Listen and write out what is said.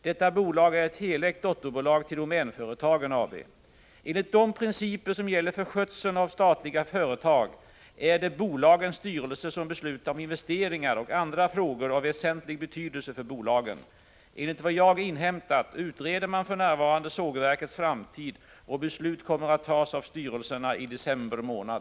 Detta bolag är ett helägt dotterbolag till Domänföretagen AB. Enligt de principer som gäller för skötseln av statliga bolag är det bolagens styrelser som beslutar om investeringar och andra frågor av väsentlig betydelse för bolagen. Enligt vad jag har inhämtat utreder man för närvarande sågverkets framtid, och beslut 35 kommer att tas av styrelserna i december månad.